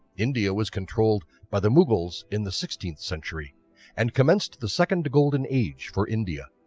india was controlled by the mughals in the sixteenth century and commenced the second golden age for india.